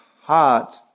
heart